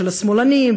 של ה"שמאלנים",